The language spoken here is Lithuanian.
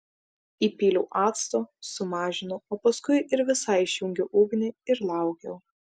įpyliau acto sumažinau o paskui ir visai išjungiau ugnį ir laukiau